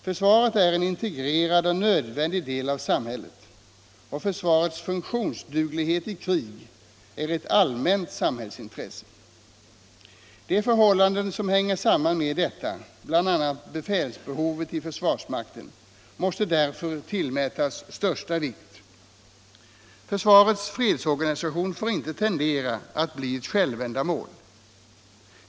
Försvaret är en integrerad och nödvändig del av samhället, och försvarets funktionsduglighet i krig är ett allmänt samhällsintresse. De förhållanden som hänger samman med detta, bl.a. befälsbehovet i försvarsmakten, måste därför tillmätas största vikt. Försvarets fredsorganisation får inte tendera att bli ett självändamål.